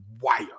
wire